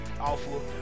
awful